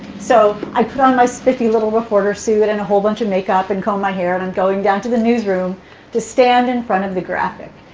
so i put on my spiffy little reporter suit and a whole bunch of makeup and combed my hair and i'm going down to the newsroom to stand in front of the graphic.